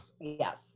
Yes